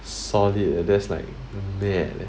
solid leh that's like mad leh